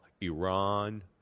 Iran